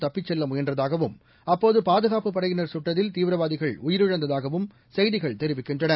தப்பிக் செல்லமுயன்றதாகவும் அப்போதுபாதுகாப்புப் படையினர் கட்டதில் தீவிரவாதிகள் உயிரிழந்ததாகவும் செய்திகள் தெரிவிக்கின்றன